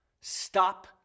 stop